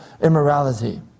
immorality